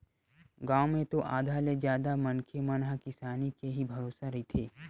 गाँव म तो आधा ले जादा मनखे मन ह किसानी के ही भरोसा रहिथे